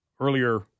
Earlier